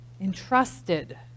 entrusted